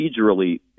procedurally